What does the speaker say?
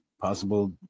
possible